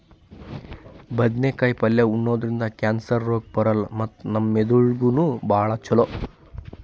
ಬದ್ನೇಕಾಯಿ ಪಲ್ಯ ಉಣದ್ರಿಂದ್ ಕ್ಯಾನ್ಸರ್ ರೋಗ್ ಬರಲ್ಲ್ ಮತ್ತ್ ನಮ್ ಮೆದಳಿಗ್ ನೂ ಭಾಳ್ ಛಲೋ